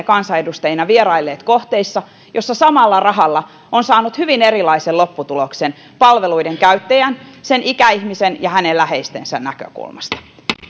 kansanedustajina vierailleet kohteissa joissa samalla rahalla on saanut hyvin erilaisen lopputuloksen palveluiden käyttäjän sen ikäihmisen ja hänen läheistensä näkökulmasta